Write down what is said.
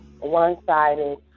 one-sided